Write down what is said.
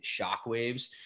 shockwaves